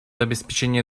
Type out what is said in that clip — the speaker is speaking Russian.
обеспечения